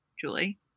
Julie